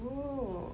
oh